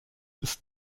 ist